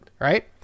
Right